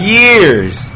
years